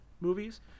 Movies